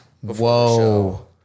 Whoa